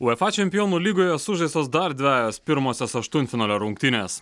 uefa čempionų lygoje sužaistos dar dvejos pirmosios aštuntfinalio rungtynės